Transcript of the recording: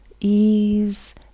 ease